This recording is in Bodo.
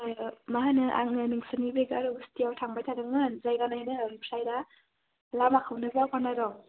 अ मा होनो आङो नोंसोरनि बे गामि गुस्थियाव थांबाय थादोंमोन जायगा नायनो ओमफ्राय दा लामाखौनो बावगारनाय र'